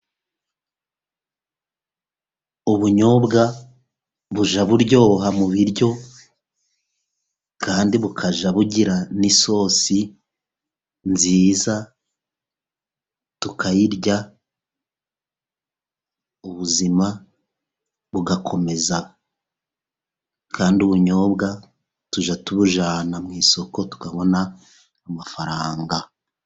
Ubunyobwa bujya buryoha mu biryo, kandi bukajya bugira n'isosi nziza tukayirya, ubuzima bugakomeza. Kandi ubunyobwa tujya tubujyana mu isoko, tukabona amafaranga.